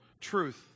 truth